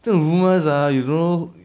这种 rumours ah you don't know